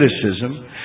criticism